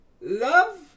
love